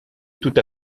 tout